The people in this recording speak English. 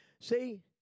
See